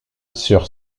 sur